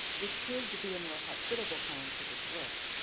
which proved to be a more hospitable home for this work.